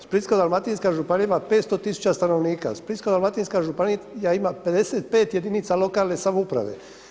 Splitsko-dalmatinska županija ima 500 tisuća stanovnika, Splitsko-dalmatinska županija ima 55 jedinica lokalne samouprave.